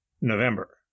November